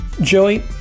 Joey